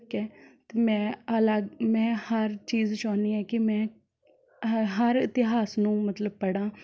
ਕਹਿ ਅਤੇ ਮੈਂ ਅਲੱਗ ਮੈਂ ਹਰ ਚੀਜ਼ ਚਾਹੁੰਦੀ ਐਂ ਕਿ ਮੈਂ ਹ ਹਰ ਇਤਿਹਾਸ ਨੂੰ ਮਤਲਬ ਪੜ੍ਹਾਂ